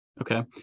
Okay